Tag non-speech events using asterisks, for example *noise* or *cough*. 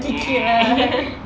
*laughs*